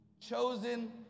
chosen